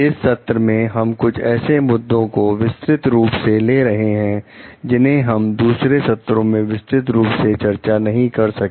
इस सत्र में हम कुछ ऐसे मुद्दों को विस्तृत रूप से ले रहे हैं जिन्हें हम दूसरे सत्रों में विस्तृत रूप से चर्चा नहीं कर सके